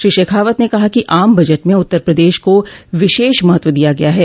श्री शेखावत ने कहा कि आम बजट में उत्तर प्रदेश को विशेष महत्व दिया गया है